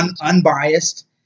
Unbiased